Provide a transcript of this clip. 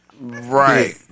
Right